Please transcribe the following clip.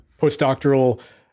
postdoctoral